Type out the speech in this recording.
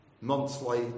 monthly